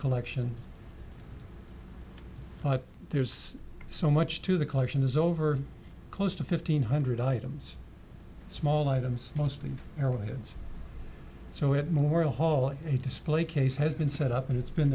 collection but there's so much to the collection is over close to fifteen hundred items small items mostly related so it memorial hall is a display case has been set up and it's been